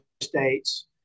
states